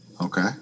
Okay